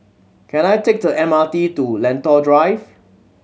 can I take the M R T to Lentor Drive